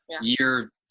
year